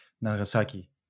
Nagasaki